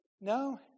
no